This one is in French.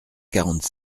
quarante